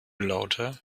lauter